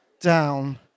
down